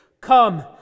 come